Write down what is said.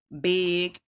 big